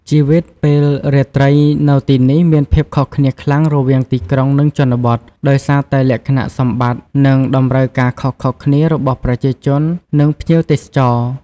ជីវិតពេលរាត្រីនៅទីនេះមានភាពខុសគ្នាខ្លាំងរវាងទីក្រុង និងជនបទ ដោយសារតែលក្ខណៈសម្បត្តិ និងតម្រូវការខុសៗគ្នារបស់ប្រជាជន និងភ្ញៀវទេសចរ ។